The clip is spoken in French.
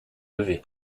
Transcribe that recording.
levé